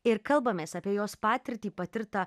ir kalbamės apie jos patirtį patirtą